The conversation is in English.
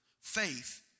faith